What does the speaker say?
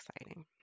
exciting